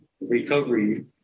recovery